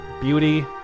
Beauty